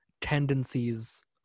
tendencies